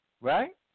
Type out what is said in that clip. right